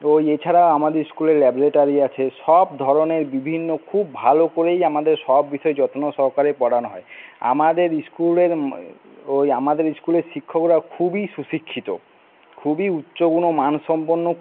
ওই এছাড়া আমাদের স্কুলে ল্যাবরেটারি আছে সব ধরনের বিভিন্ন খুব ভালো করেই আমাদের সব বিষয়েই যত্ন সহকারে পড়ানো হয় আমাদের ইস্কুলের ওই আমাদের স্কুলের শিক্ষকরা খুবই সুশিক্ষিত খুবই উচ্চ গুণমান সম্পন্ন